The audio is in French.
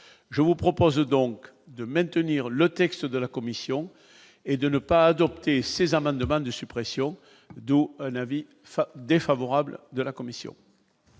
je vous propose donc de maintenir le texte de la Commission et de ne pas adopter ces amendements de suppression d'eau un avis enfin défavorable de la commission.